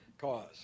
cause